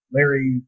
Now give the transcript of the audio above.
Larry